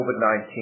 COVID-19